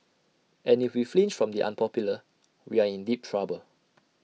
and if we flinch from the unpopular we are in deep trouble